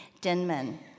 Denman